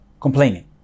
complaining